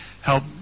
help